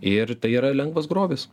ir tai yra lengvas grobis